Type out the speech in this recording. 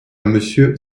monsieur